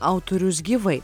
autorius gyvai